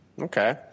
Okay